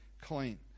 clean